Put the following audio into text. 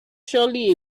surely